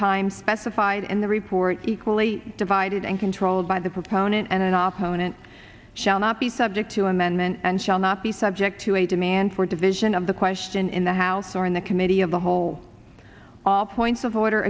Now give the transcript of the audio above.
time specified in the report equally divided and controlled by the proponent and off honan shall not be subject to amendment and shall not be subject to a demand for division of the question in the house or in the committee of the whole all points of order